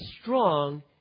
strong